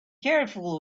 careful